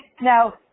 Now